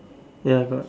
ya got